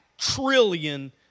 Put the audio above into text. trillion